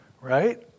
right